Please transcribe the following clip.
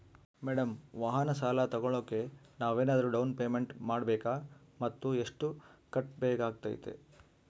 Madam ವಾಹನ ಸಾಲ ತೋಗೊಳೋಕೆ ನಾವೇನಾದರೂ ಡೌನ್ ಪೇಮೆಂಟ್ ಮಾಡಬೇಕಾ ಮತ್ತು ಎಷ್ಟು ಕಟ್ಬೇಕಾಗ್ತೈತೆ?